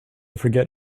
forget